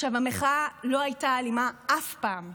עכשיו, המחאה לא הייתה אלימה אף פעם.